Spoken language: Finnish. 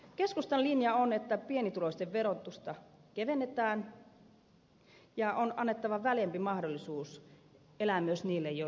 keskustan linja on että pienituloisten verotusta kevennetään ja on annettava väljempi mahdollisuus elää myös niille joilla on tulot tiukemmilla